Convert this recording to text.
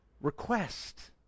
request